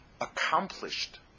accomplished